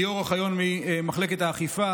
ליאור אוחיון ממחלקת האכיפה,